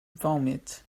vomit